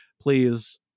please